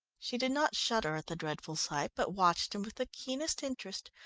she did not shudder at the dreadful sight, but watched him with the keenest interest,